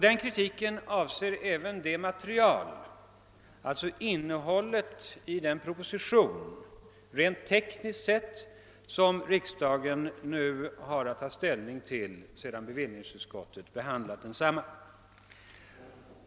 Den kritiken avser även det material och innehåll i propositionen rent tekniskt sett som riksdagen har att ta ställning till sedan bevillningsutskottet behandlat densamma.